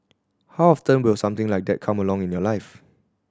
how often will something like that come along in your life